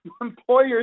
employers